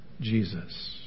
Jesus